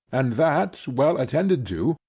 and that, well attended to,